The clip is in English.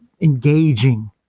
engaging